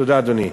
תודה, אדוני.